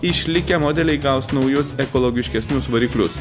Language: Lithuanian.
išlikę modeliai gaus naujus ekologiškesnius variklius